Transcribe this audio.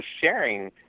sharing